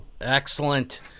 Excellent